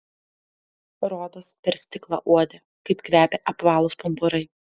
rodos per stiklą uodė kaip kvepia apvalūs pumpurai